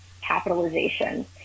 capitalization